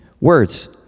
words